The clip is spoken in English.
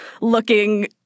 looking